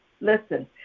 listen